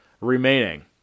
remaining